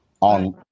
on